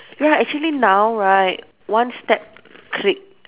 ya actually now right one step click